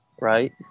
right